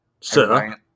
Sir